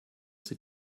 sie